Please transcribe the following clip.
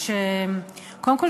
קודם כול,